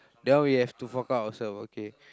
that one we have to fork out ourselves okay